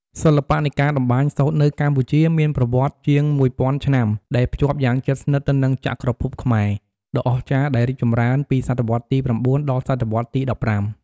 សិល្បៈនៃការតម្បាញសូត្រនៅកម្ពុជាមានប្រវត្តិសាស្ត្រជាងមួយពាន់ឆ្នាំ ដែលភ្ជាប់យ៉ាងជិតស្និទ្ធទៅនឹង ចក្រភពខ្មែរ ដ៏អស្ចារ្យដែលរីកចម្រើនពីសតវត្សរ៍ទី៩ ដល់សតវត្សរ៍ទី១៥។